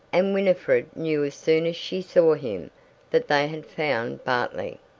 and winifred knew as soon as she saw him that they had found bartley.